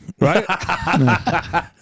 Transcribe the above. Right